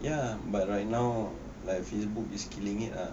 ya but right now like facebook is killing it ah